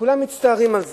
כולם מצטערים על זה,